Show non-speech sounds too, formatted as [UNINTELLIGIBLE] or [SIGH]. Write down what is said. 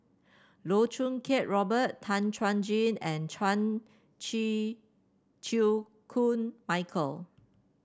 Loh Choo Kiat Robert Tan Chuan Jin and Chan [UNINTELLIGIBLE] Chew Koon Michael